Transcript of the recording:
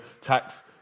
tax